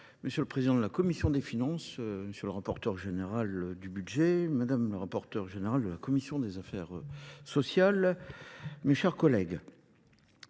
monsieur le président de la commission des finances, monsieur le rapporteur général du budget, madame le rapporteur général de la commission des affaires sociales, mes chers collègues.